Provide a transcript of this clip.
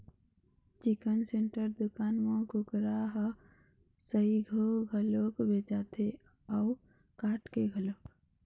chicken centre दुकान म कुकरा ह सइघो घलोक बेचाथे अउ काट के घलोक